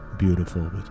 beautiful